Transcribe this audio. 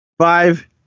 Five